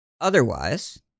otherwise